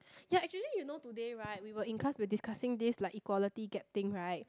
ya actually you know today right we were in class we discussing this like equality gap thing right